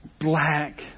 black